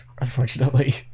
unfortunately